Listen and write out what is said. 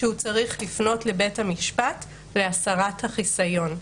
שהוא צריך לפנות לבית המשפט להסרת החיסיון.